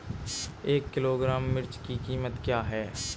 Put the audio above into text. एक किलोग्राम मिर्च की कीमत क्या है?